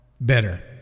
better